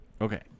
Okay